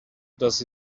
does